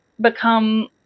become